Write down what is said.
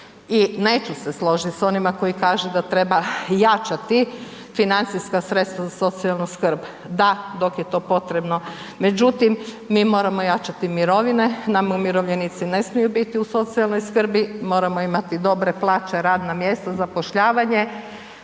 i neću se složiti s onima koji kažu da treba jačati financijska sredstva za socijalnu skrb. Da, dok je to potrebno, međutim, mi moramo jačati mirovine, nama umirovljenici ne smiju biti u socijalnoj skrbi, moramo imati dobre plaće, radna mjesta, zapošljavanje.